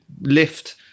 lift